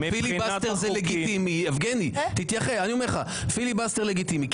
יבגני, פיליבסטר זה לגיטימי.